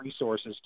resources